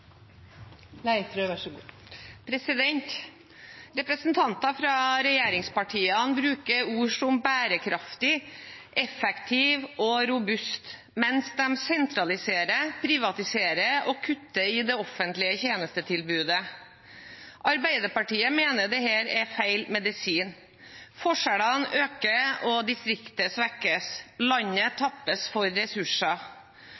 Representanter fra regjeringspartiene bruker ord som «bærekraftig», «effektiv» og «robust» mens de sentraliserer, privatiserer og kutter i det offentlige tjenestetilbudet. Arbeiderpartiet mener dette er feil medisin. Forskjellene øker, og distriktene svekkes. Landet